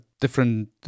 different